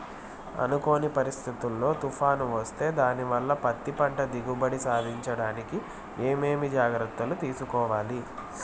అనుకోని పరిస్థితుల్లో తుఫాను వస్తే దానివల్ల పత్తి పంట దిగుబడి సాధించడానికి ఏమేమి జాగ్రత్తలు తీసుకోవాలి?